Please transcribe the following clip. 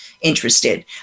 interested